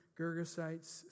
Gergesites